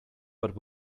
but